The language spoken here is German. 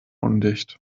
undicht